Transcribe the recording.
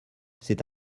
c’est